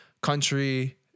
Country